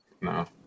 no